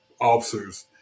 officers